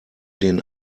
den